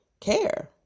care